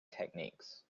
techniques